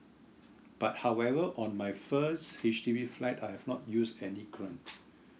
but however on my first H_D_B flat I have not used any grant